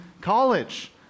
college